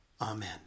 Amen